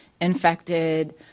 infected